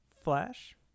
Flash